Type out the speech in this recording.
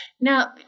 Now